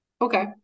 okay